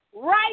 right